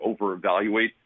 over-evaluate